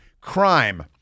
crime